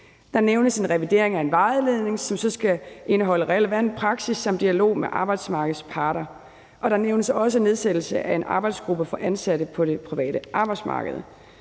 Der nævnes en revidering af en vejledning, som så skal indeholde relevant praksis samt dialog med arbejdsmarkedets parter, og der nævnes også en nedsættelse af en arbejdsgruppe for ansatte på det private arbejdsmarked.